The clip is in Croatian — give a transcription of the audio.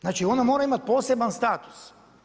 Znači ona mora imati poseban status.